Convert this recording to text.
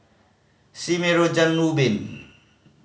Sime Road Ubin